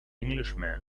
englishman